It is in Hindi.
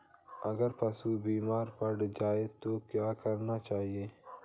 अगर पशु बीमार पड़ जाय तो क्या करना चाहिए?